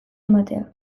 ematea